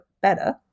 better